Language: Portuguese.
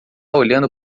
olhando